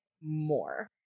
more